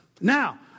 Now